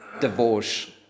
divorce